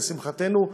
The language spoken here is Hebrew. לשמחתנו,